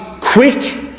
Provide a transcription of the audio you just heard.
quick